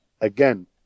again